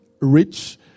rich